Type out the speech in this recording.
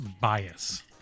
bias